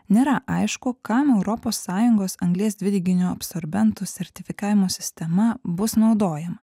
nėra aišku kam europos sąjungos anglies dvideginio absorbentų sertifikavimo sistema bus naudojama